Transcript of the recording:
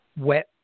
wet